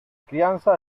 crianza